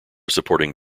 supporting